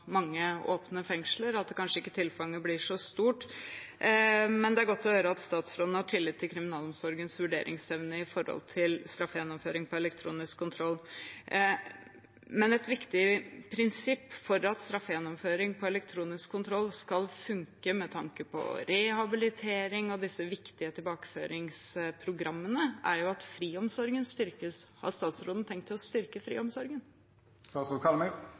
stort. Det er godt å høre at statsråden har tillit til kriminalomsorgens vurderingsevne når det gjelder straffegjennomføring på elektronisk kontroll, men et viktig prinsipp for at straffegjennomføring på elektronisk kontroll skal funke med tanke på rehabilitering og de viktige tilbakeføringsprogrammene, er at friomsorgen styrkes. Har statsråden tenkt å styrke friomsorgen? Det er viktig å styrke